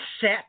set